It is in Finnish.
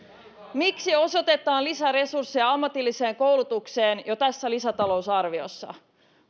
miksi osoitetaan lisäresursseja ammatilliseen koulutukseen jo tässä lisätalousarviossa